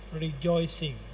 rejoicing